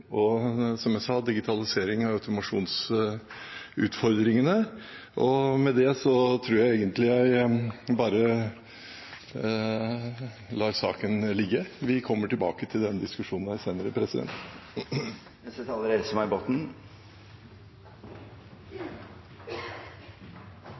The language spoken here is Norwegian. og – som jeg sa – digitaliserings- og automasjonsutfordringene. Med det tror jeg egentlig jeg bare lar saken ligge. Vi kommer tilbake til den diskusjonen senere.